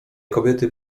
kobiety